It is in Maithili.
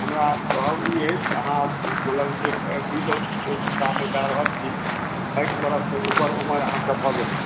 हमरा कहब ई अछि अहाँ मतलब जे वृद्ध अवस्था मे जा रहल छी साठि वर्ष सॅं उपर उम्र अहाॅं के भऽ गेल अछि